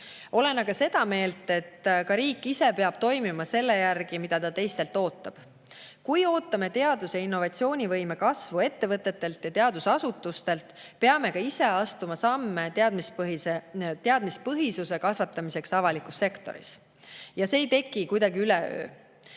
Olen aga seda meelt, et ka riik ise peab toimima selle järgi, mida ta teistelt ootab. Kui ootame teadus‑ ja innovatsioonivõime kasvu ettevõtetelt ja teadusasutustelt, peame ka ise astuma samme teadmispõhisuse kasvatamiseks avalikus sektoris. Ja see ei teki kuidagi üleöö.